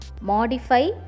modify